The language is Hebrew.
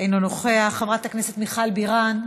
אינו נוכח, חברת הכנסת מיכל בירן.